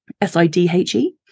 s-i-d-h-e